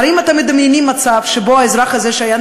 האם אתם מדמיינים מצב שבו אזרח שהיה,